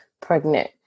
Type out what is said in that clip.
pregnant